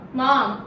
mom